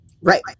Right